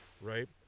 right